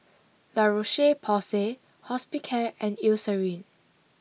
La Roche Porsay Hospicare and Eucerin